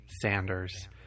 Sanders